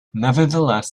nevertheless